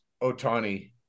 Otani